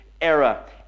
era